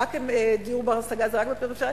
האם דיור בר-השגה זה רק בפריפריה?